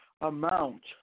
amount